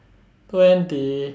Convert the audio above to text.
twenty